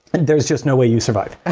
there's just no way you'd survive.